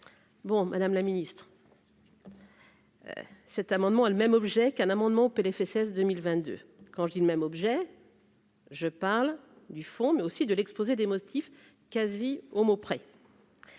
bon madame la ministre. Cet amendement a le même objet qu'un amendement PLFSS 2022, quand je dis le même objet. Je parle du fond, mais aussi de l'exposé des motifs quasi au mot